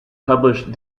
published